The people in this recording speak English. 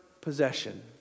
possession